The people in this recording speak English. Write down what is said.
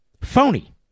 Phony